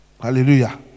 Hallelujah